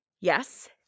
Yes